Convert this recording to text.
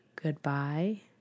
Goodbye